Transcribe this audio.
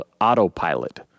Autopilot